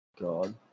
God